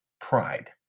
pride